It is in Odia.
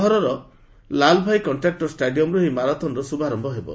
ସହରର ଲାଲଭାଇ କଷ୍ଟ୍ରାକୁର ଷ୍ଟାଡିୟମ୍ରୁ ଏହି ମାରାଥନର ଶୁଭାରୟ କରିବେ